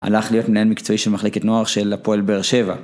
הלך להיות מנהל מקצועי של מחלקת נוער של הפועל באר שבע